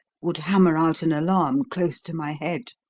would hammer out an alarm close to my head.